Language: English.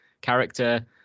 character